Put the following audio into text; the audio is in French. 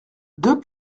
deux